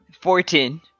Fourteen